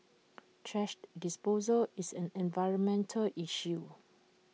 thrash disposal is an environmental issue